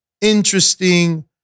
interesting